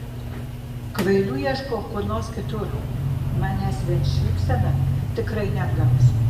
kvailių ieškok kur nors kitur manęs vien šypsena tikrai neapgausi